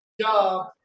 Job